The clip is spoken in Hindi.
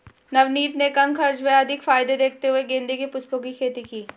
नवनीत ने कम खर्च व अधिक फायदे देखते हुए गेंदे के पुष्पों की खेती की